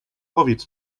powiedz